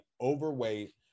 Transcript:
overweight